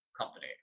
company